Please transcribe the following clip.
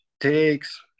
takes